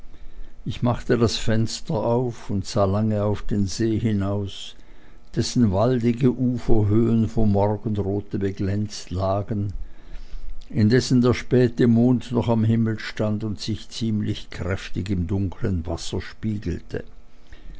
ich machte das fenster auf und sah lange auf den see hinaus dessen waldige uferhöhen vom morgenrote beglänzt lagen indessen der späte mond noch am himmel stand und sich ziemlich kräftig im dunklen wasser spiegelte